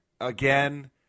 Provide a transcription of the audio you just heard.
again